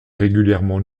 régulièrement